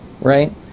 right